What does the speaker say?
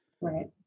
Right